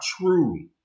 true